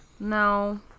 No